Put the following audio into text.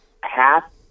half